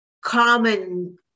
common